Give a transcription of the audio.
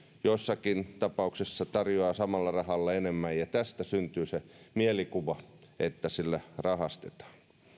jossakin tapauksessa tarjoaa samalla rahalla enemmän ja tästä syntyy se mielikuva että sillä rahastetaan